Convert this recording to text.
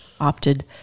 opted